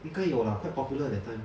应该有啦 quite popular that time